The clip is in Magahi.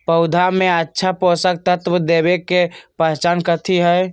पौधा में अच्छा पोषक तत्व देवे के पहचान कथी हई?